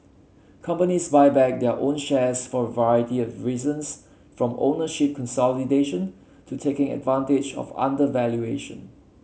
companies buy back their own shares for a variety of reasons from ownership consolidation to taking advantage of undervaluation